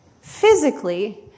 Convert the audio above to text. physically